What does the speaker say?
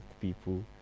people